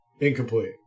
incomplete